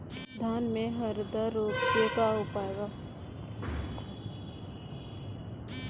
धान में हरदा रोग के का उपाय बा?